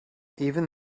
even